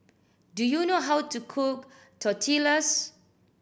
do you know how to cook Tortillas